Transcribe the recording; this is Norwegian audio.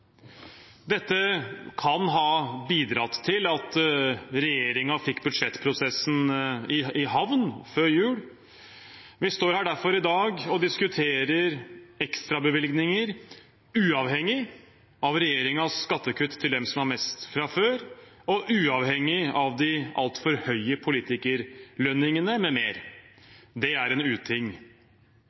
dette. Dette kan ha bidratt til at regjeringen fikk budsjettprosessen i havn før jul. Vi står her derfor i dag og diskuterer ekstrabevilgninger, uavhengig av regjeringens skattekutt til dem som har mest fra før, og uavhengig av de altfor høye politikerlønningene, med mer. Det er en uting.